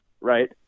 right